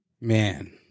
Man